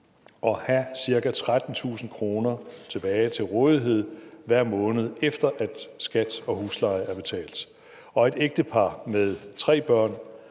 og have ca. 13.000 kr. tilbage til rådighed hver måned, efter at skat og husleje er betalt. Og et ægtepar med tre børn